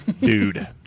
Dude